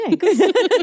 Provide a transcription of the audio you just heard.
thanks